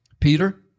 Peter